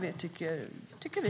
Nu kör vi.